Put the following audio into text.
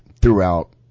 throughout